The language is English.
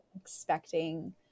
expecting